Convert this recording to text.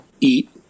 eat